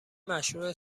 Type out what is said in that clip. مشروح